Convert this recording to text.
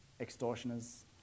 extortioners